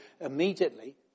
immediately